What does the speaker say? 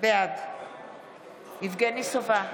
בעד יבגני סובה,